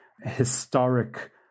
historic